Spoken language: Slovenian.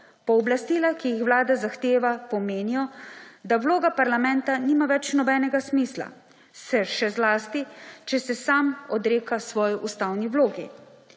Pooblastila, ki jih Vlada zahteva, pomenijo, da vloga parlamenta nima več nobenega smisla, še zlasti, če se sam odreka svoji ustavni vlogi.